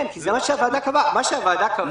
כן, כי זה מה שהוועדה קבעה.